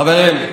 חברים,